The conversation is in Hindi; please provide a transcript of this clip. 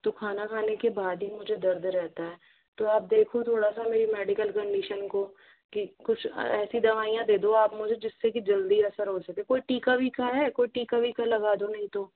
तो खाना खाने के बाद ही मुझे दर्द रहता है तो आप देखो थोड़ा सा मेरी मेडिकल कंडिशन को की कुछ ऐसी दवाइयाँ दे दो आप मुझे जिससे कि जल्दी असर हो सके कोई टीका वीका है कोई टीका वीका लगा दो नहीं तो